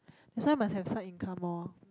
that's why must have side income orh